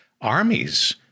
armies